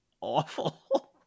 awful